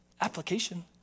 application